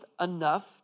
enough